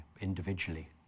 individually